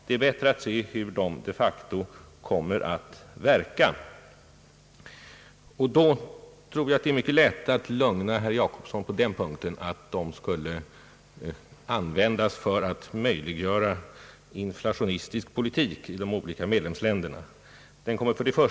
Det är bättre att se hur de de facto kommer att verka. Då tror jag att det är mycket lätt att lugna herr Jacobsson på den punkten, när han fruktade att de skulle kunna användas för att möjliggöra inflationistisk politik i de olika medlemsländerna.